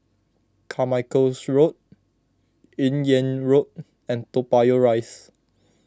Carmichael Road Yung An Road and Toa Payoh Rise